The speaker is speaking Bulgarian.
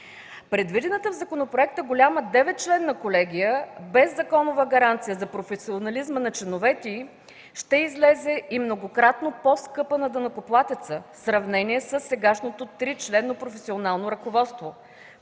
Предвидената в законопроекта голяма 9-членна колегия без законова гаранция за професионализма на членовете й, ще излезе многократно по-скъпа на данъкоплатеца в сравнение със сегашното 3-членно професионално ръководство